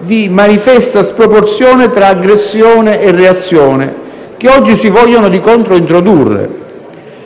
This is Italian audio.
di manifesta sproporzione tra aggressione e reazione, che oggi si vogliono, di contro, introdurre.